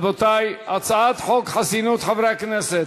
רבותי, הצעת חוק חסינות חברי הכנסת,